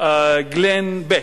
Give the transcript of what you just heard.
גלן בק,